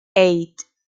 eight